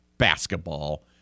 basketball